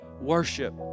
worship